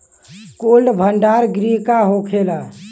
Cold भण्डार गृह का होखेला?